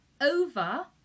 over